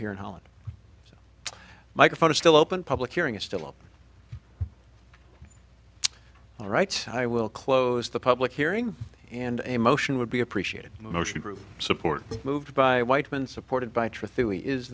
here in holland microphone is still open public hearing is still up all right i will close the public hearing and a motion would be appreciated motion group support moved by whiteman supported by